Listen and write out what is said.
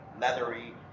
leathery